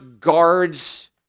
guards